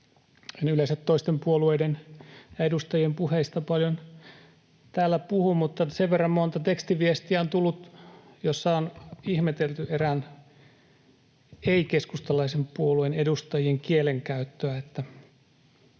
En yleensä toisten puolueiden ja edustajien puheista paljon täällä puhu, mutta sen verran monta tekstiviestiä on tullut, joissa on ihmetelty erään ei-keskustalaisen puolueen edustajien kielenkäyttöä,